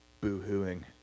boo-hooing